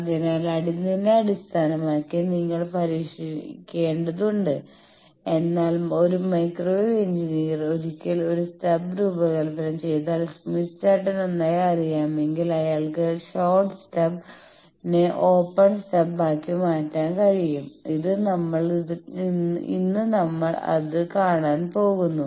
അതിനാൽ അതിനെ അടിസ്ഥാനമാക്കി നിങ്ങൾ പരിഷ്ക്കരിക്കേണ്ടതുണ്ട് എന്നാൽ ഒരു മൈക്രോവേവ് എഞ്ചിനീയർ ഒരിക്കൽ ഒരു സ്റ്റബ് രൂപകൽപ്പന ചെയ്താൽ സ്മിത്ത് ചാർട്ട് നന്നായി അറിയാമെങ്കിൽ അയാൾക്ക് ഷോർട്ട് സ്റ്റബ്നെ ഓപ്പൺ സ്റ്റബ് ആക്കി മാറ്റൻ കഴിയും ഇത് നമ്മൾ ഇന്ന് കാണാൻ പോകുന്നു